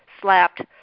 Slapped